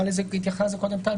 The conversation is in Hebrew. התייחסנו קודם כאן,